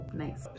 nice